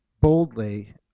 boldly